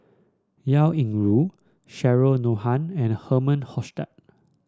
Liao Yingru Cheryl Noronha and Herman Hochstadt